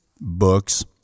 books